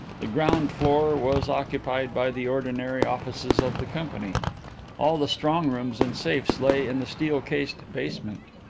the ground floor was occupied by the ordinary offices of the company all the strong-rooms and safes lay in the steel-cased basement.